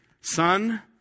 Son